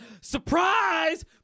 surprise